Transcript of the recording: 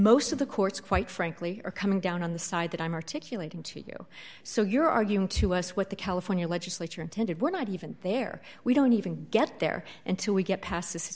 most of the courts quite frankly are coming down on the side that i'm articulating to you so you're arguing to us with the california legislature intended we're not even there we don't even get there until we get past this